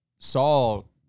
Saul